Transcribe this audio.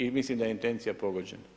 I mislim da je intencija pogođena.